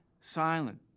silent